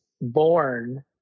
born